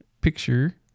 picture